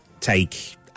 take